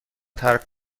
ترک